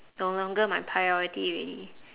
no longer my priority already